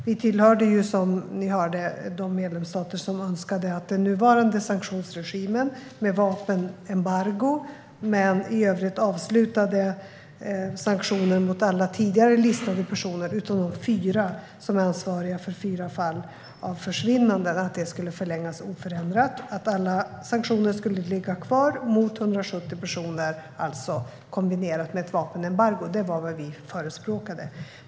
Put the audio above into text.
Vi tillhörde ju, som ni hörde, de medlemsstater som önskade att den nuvarande sanktionsregimen med vapenembargo - men i övrigt avslutade sanktioner mot alla tidigare listade personer, utom fyra som är ansvariga för fyra fall av försvinnanden - skulle förlängas oförändrat och att alla sanktioner mot 170 personer skulle ligga kvar, kombinerat med ett vapenembargo. Det var vad vi förespråkade.